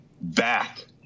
back